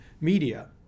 media